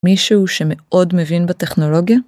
מישהו שמאוד מבין בטכנולוגיה?